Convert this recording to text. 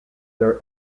their